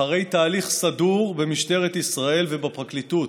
אחרי תהליך סדור במשטרת ישראל ובפרקליטות.